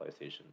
PlayStation